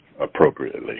appropriately